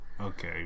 okay